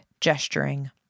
gesturing